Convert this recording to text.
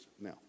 Now